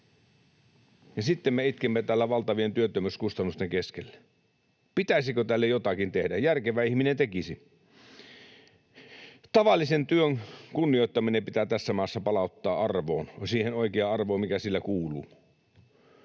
Ja sitten me itkemme täällä valtavien työttömyyskustannusten keskellä. Pitäisikö tälle jotakin tehdä? Järkevä ihminen tekisi. Tavallisen työn kunnioittaminen pitää tässä maassa palauttaa arvoon, siihen oikeaan arvoon, mikä sille kuuluu.